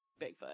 Bigfoot